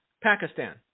Pakistan